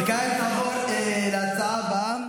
וכעת נעבור להצעה הבאה,